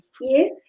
Yes